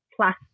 plus